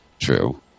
True